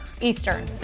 Eastern